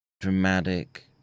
dramatic